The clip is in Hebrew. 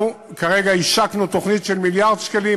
אנחנו כרגע השקנו תוכנית של מיליארד שקלים,